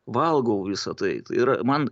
valgau visa tai ir man